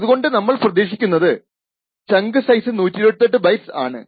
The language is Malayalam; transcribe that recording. അതുകൊണ്ട് നമ്മൾ പ്രതീക്ഷിക്കുന്നത് ചങ്ക് സൈസ് 128 ബൈറ്റ്സ് ആണ്